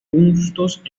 justos